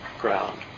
ground